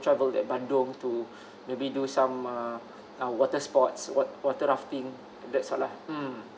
travel at bandung to maybe do some uh ah water sport wa~ water rafting that's all lah mm